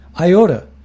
iota